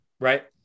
right